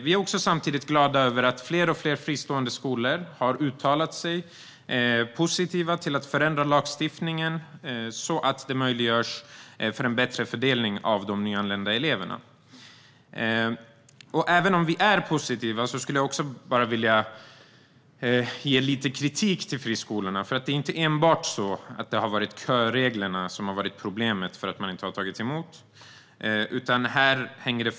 Vi är samtidigt glada över att fler och fler fristående skolor har ställt sig positiva till att förändra lagstiftningen för att möjliggöra en bättre fördelning av de nyanlända eleverna. Även om vi är positiva vill jag dock rikta lite kritik mot friskolorna. Det är inte enbart köreglerna som har varit anledningen till att man inte har tagit emot nyanlända.